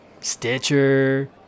Stitcher